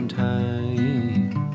time